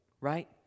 Right